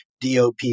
DOP